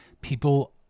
people